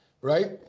right